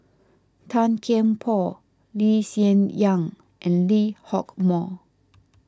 Tan Kian Por Lee Hsien Yang and Lee Hock Moh